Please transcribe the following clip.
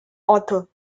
author